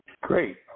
Great